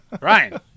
Ryan